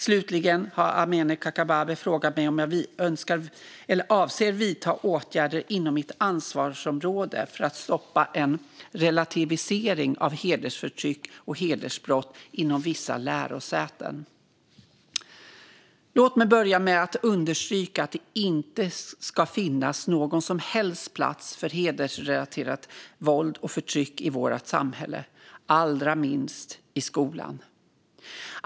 Slutligen har Amineh Kakabaveh frågat mig om jag avser att vidta åtgärder inom mitt ansvarsområde för att stoppa en relativisering av hedersförtryck och hedersbrott inom vissa lärosäten. Låt mig börja med att understryka att det inte ska finnas någon som helst plats för hedersrelaterat våld och förtryck i vårt samhälle, allra minst i skolan.